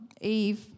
Eve